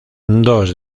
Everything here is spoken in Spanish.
dos